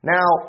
Now